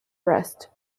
rest